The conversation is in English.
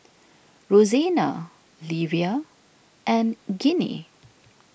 Rosena Livia and Ginny